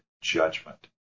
judgment